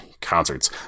concerts